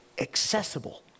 Accessible